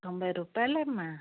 తొంభై రూపాయలు అమ్మ